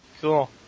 Cool